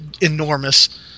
enormous